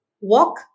Walk